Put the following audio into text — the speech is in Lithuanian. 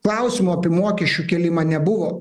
klausimo apie mokesčių kėlimą nebuvo